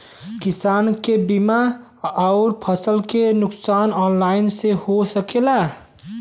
किसान के बीमा अउर फसल के नुकसान ऑनलाइन से हो सकेला?